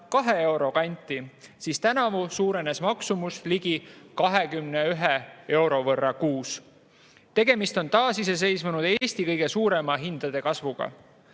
kahe euro kanti, siis tänavu suurenes maksumus ligi 21 euro võrra kuus. Tegemist on taasiseseisvunud Eesti kõige suurema hindade kasvuga.